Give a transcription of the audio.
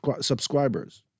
subscribers